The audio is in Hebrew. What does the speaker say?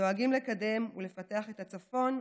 שדואגים לקדם ולפתח את הצפון,